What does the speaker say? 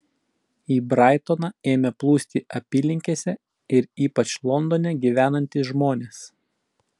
į braitoną ėmė plūsti apylinkėse ir ypač londone gyvenantys žmonės